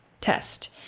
test